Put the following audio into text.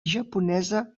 japonesa